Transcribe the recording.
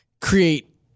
create